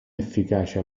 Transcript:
efficace